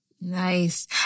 Nice